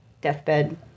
deathbed